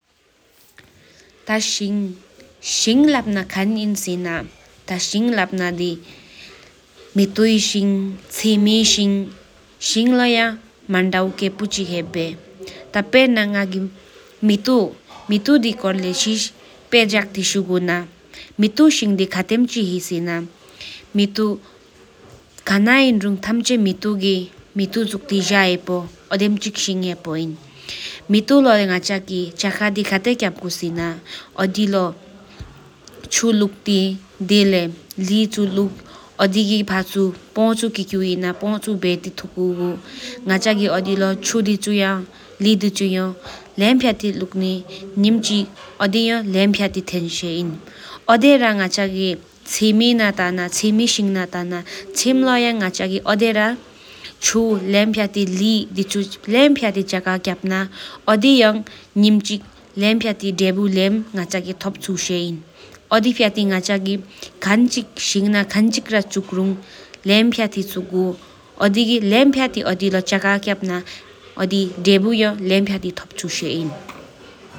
ཐ་ཤེང་ཤེང་ལཔ་ན་དི་མེ་ཏོ་གི་ཤེང་ཆེསོད་ཤེང། ཤེང་ལོ་ཡིས་མདའི་སྐྱིད་བཙོནད་ཅིག་ཡེབ་བརྗེ། ཐ་སེ་རྣ་ང་གི་མེ་ཏོ་མེ་ཏོ་དི་གོར་ལེས་བློད་ལེས་བསོད་ན་ཡི་མེ་ཏོ་ཤེང་དི་ཁེམ་ཆི་སྔི་སེ་ན་ཁེ་ན་ཡ་ཐམ་ཅེ་མེ་ཏོ་གིམ་ེ་ཏོ་ཅུན་ཏེ་ཉྱམ་ཞེན་པདོ་གི་ཝྱི་མེ་ཏོ་ལོ་ང་དྲགི་ཅི་འཇའ་གི་ཕ་ཀྵུ་སE་ན་འགེ་རྒག་ལཔ་དྲ་མས་སྣུར་ཆི་རྒང་ཞེེ་མས་ན་གི་ཁྱིསམ་ད། བདེ་བྷེ་ང་ཆོག་གི་ཕན་བསབ་སྐྱི་ག་བརས་སྣུར་བསཾ་།